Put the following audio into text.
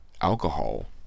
alcohol